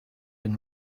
been